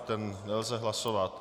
Ten nelze hlasovat.